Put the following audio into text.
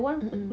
mmhmm